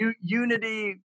unity